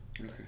Okay